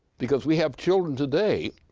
because we have children today,